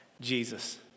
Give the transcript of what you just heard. Jesus